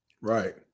Right